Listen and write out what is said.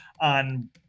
on